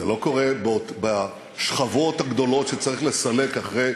זה לא קורה בשכבות הגדולות שצריך לסלק אחרי